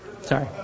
sorry